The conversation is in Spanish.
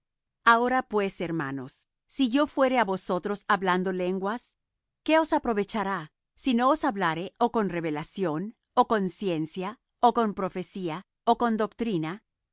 ahora pues hermanos si yo fuere á vosotros hablando lenguas qué os aprovecharé si no os hablare ó con revelación ó con ciencia ó con profecía ó con doctrina